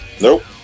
Nope